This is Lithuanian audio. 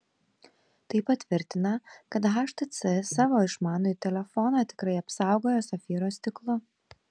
tai patvirtina kad htc savo išmanųjį telefoną tikrai apsaugojo safyro stiklu